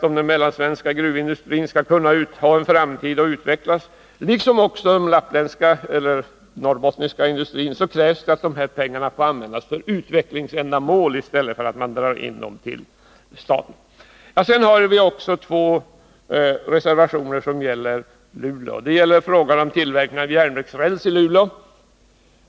Om den mellansvenska gruvindustrin skall ha en framtid och utvecklas, liksom också den norrbottniska industrin, krävs det att pengarna får användas för utvecklingsändamål i stället för att man drar in dem till staten. Det finns också två reservationer som gäller Luleå. Reservation 8 handlar om tillverkning av järnvägsräls i Luleå.